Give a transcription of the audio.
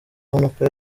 mpanuka